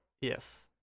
Yes